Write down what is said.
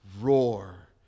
roar